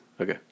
Okay